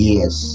Yes